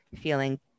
feeling